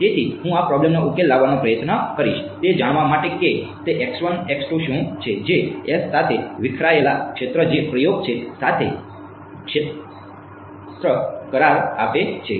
તેથી હું આ પ્રોબ્લેમ નો ઉકેલ લાવવાનો પ્રયાસ કરીશ તે જાણવા માટે કે તે શું છે જે s સાથે વિખરાયેલા ક્ષેત્રો જે પ્રયોગ છે સાથે શ્રેષ્ઠ કરાર આપે છે